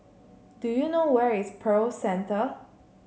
do you know where is Pearl Centre